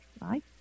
right